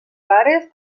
rares